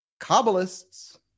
Kabbalists